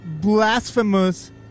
blasphemous